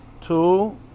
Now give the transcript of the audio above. Two